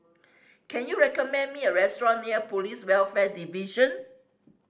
can you recommend me a restaurant near Police Welfare Division